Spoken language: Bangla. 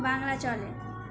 বাংলা চলে